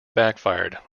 backfired